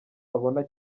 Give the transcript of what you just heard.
abona